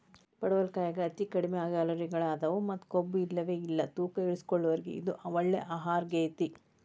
ಪಡವಲಕಾಯಾಗ ಅತಿ ಕಡಿಮಿ ಕ್ಯಾಲೋರಿಗಳದಾವ ಮತ್ತ ಕೊಬ್ಬುಇಲ್ಲವೇ ಇಲ್ಲ ತೂಕ ಇಳಿಸಿಕೊಳ್ಳೋರಿಗೆ ಇದು ಒಳ್ಳೆ ಆಹಾರಗೇತಿ